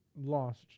lost